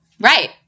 Right